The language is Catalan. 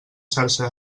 xarxa